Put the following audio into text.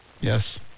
Yes